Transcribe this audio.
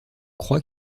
croit